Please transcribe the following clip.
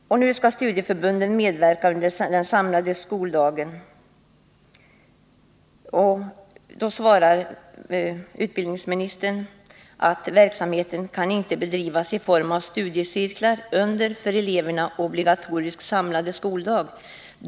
Och på frågan rörande studieförbundens medverkan i den samlade skoldagen svarar utbildningsministern: ”Verksamheten kan inte bedrivas i form av studiecirklar under den för eleverna obligatoriska samlade skoldagen.